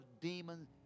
demons